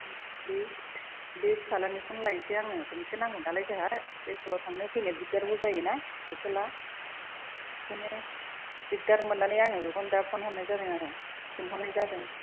बे फिसाज्लानिखौनो लायनिसै आङो गंसे नांगौ नालाय जोंहा स्कुलआव थांनो फैनो दिग्दारबो जायो ना साइकेलआ बेनिखायनो दिग्दार मोननानै आङो बेखौनो दा फन हरनाय जादों आरो सोंहरनाय जादों